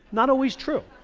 not always true.